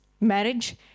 marriage